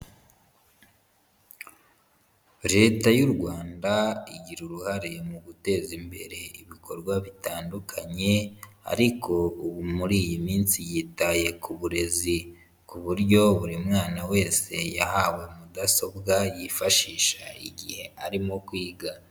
Leta y'u Rwanda igira uruhare mu guteza imbere ibikorwa bitandukanye ariko ubu muri iyi minsi yitaye ku burezi ku buryo buri mwana wese yahawe mudasobwa yifashisha igihe arimo kwiga.